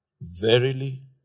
Verily